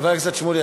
חבר הכנסת שמולי,